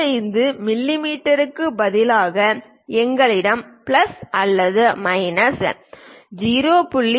25 மிமீக்கு பதிலாக எங்களிடம் பிளஸ் அல்லது மைனஸ் 0